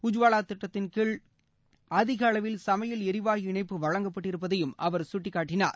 உஜ்வாவா திட்டத்தின் கீழ் அதிக அளவில்சமையல்ளிவாயு இணைப்பு வழங்கப்பட்டிருப்பதையும் அவர் சுட்டிக்காட்டினார்